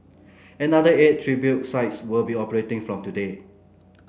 another eight tribute sites will be operating from today